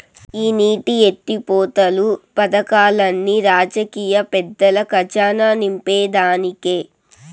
ఈ నీటి ఎత్తిపోతలు పదకాల్లన్ని రాజకీయ పెద్దల కజానా నింపేదానికే